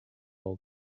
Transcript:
all